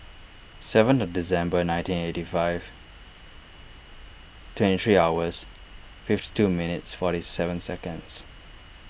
seventh of December nineteen eighty five twenty three hours fifty two minutes forty seven seconds